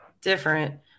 different